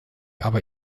aber